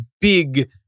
big